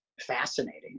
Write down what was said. fascinating